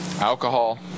alcohol